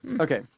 Okay